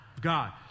God